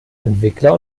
entwickler